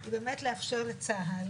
היא באמת לאפשר לצה"ל